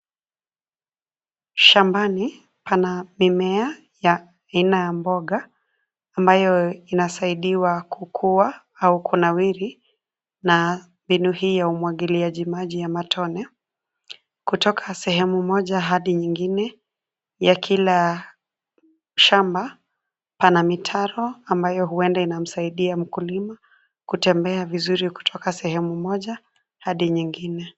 Shambani pana mimea ya aina ya mboga ambayo inasaidiwa kukua au kunawiri na mbinu hii ya umwagiliaji maji ya matone. Kutoka sehemu moja hadi nyingine ya kila shamba, pana mitaro ambayo huenda inamsaidia mkulima kutembea vizuri kutoka sehemu moja hadi nyingine.